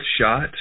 shot